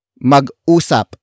mag-usap